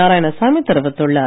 நாராயணசாமி தெரிவித்துள்ளார்